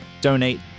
donate